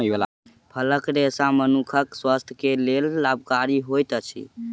फलक रेशा मनुखक स्वास्थ्य के लेल लाभकारी होइत अछि